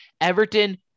Everton